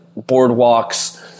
boardwalks